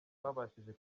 twabashije